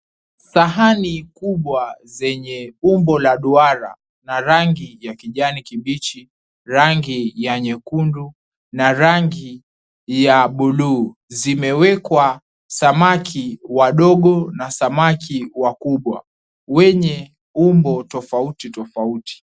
Sahani kubwa zenye umbo la duara na rangi ya kijani kibichi, rangi ya nyekundu na rangi ya buluu zimewekwa samaki wadogo na samaki wakubwa wenye umbo tofauti tofauti.